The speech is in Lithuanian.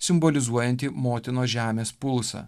simbolizuojantį motinos žemės pulsą